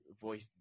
voice